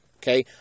Okay